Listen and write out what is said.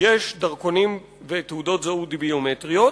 יש דרכונים ותעודות זהות ביומטריות,